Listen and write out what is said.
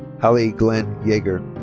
hali glenn yeager.